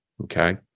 Okay